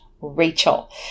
Rachel